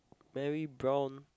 very brown